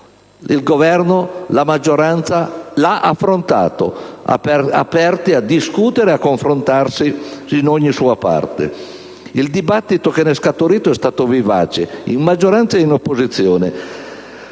Il Governo e la maggioranza lo hanno fatto, aperti a discutere e a confrontarsi in ogni sua parte. Il dibattito che ne è scaturito è stato vivace in maggioranza e nell'opposizione.